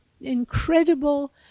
incredible